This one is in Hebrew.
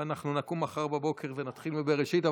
אבל אנחנו נקום מחר בבוקר ונתחיל מבראשית.